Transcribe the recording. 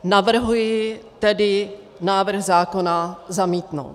Navrhuji tedy návrh zákona zamítnout.